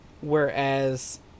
Whereas